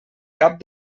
cap